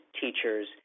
teachers